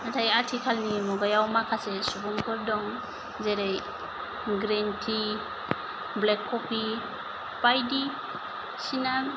नाथाय आथिखालनि मुगायाव माखासे सुबुंफोर दं जेरै ग्रीन टि ब्लेक कफि बायदिसिना